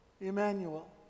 Emmanuel